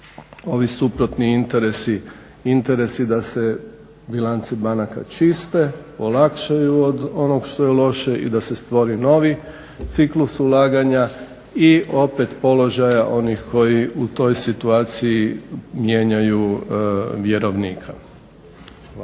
ovi suprotni interesi da se bilance banaka čiste, olakšaju od onog što je loše i da se stvori novi ciklus ulaganja i opet položaja onih koji u toj situaciji mijenjaju vjerovnika. Hvala.